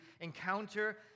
encounter